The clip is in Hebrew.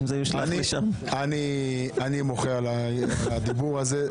אני מוחה על הדיבור הזה.